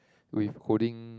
with holding